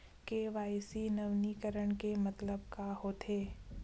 KYC नवीनीकरण के मतलब का होथे?